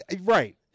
Right